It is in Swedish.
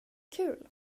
kul